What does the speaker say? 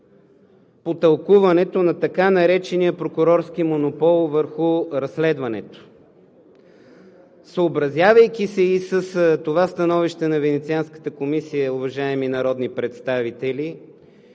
по тълкуването на така наречения прокурорски монопол върху разследването. Съобразявайки се с това становище на Венецианската комисия, уважаеми народни представители,